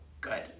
good